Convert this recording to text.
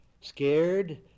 Scared